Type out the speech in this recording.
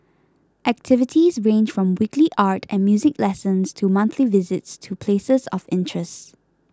activities range from weekly art and music lessons to monthly visits to places of interests